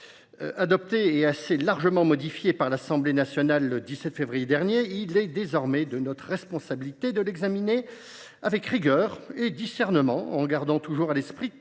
adopté, largement modifié, par l’Assemblée nationale le 17 février dernier. Il est désormais de notre responsabilité de l’examiner avec rigueur et discernement, en gardant à l’esprit